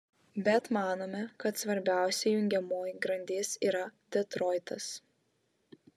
bet manome kad svarbiausia jungiamoji grandis yra detroitas